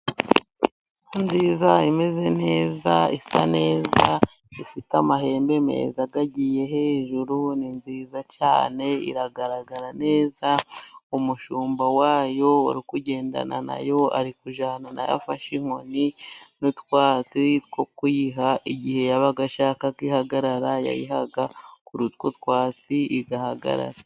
Inka nziza imeze neza, isa neza, ifite amahembe meza atagiye hejuru ni nziza cyane, iragaragara neza. Umushumba wayo ari kugendana na yo afashe inkoni n'utwatsi two kuyiha igihe yaba ishaka ko ihagarara, yayiha kuri utwo twatsi igahagarara.